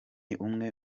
imwe